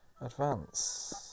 Advance